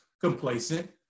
complacent